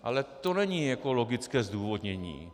Ale to není logické zdůvodnění.